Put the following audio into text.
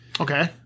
Okay